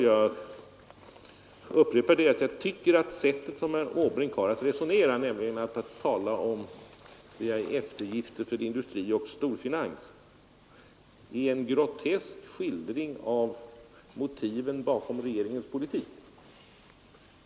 Jag upprepar att herr Måbrinks sätt att tala om eftergifter åt industri och storfinans är en grotesk skildring av motiven bakom regeringens politik.